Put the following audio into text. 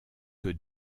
que